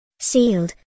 sealed